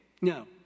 No